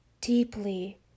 Deeply